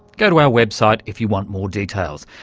go to our website if you want more details.